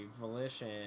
Volition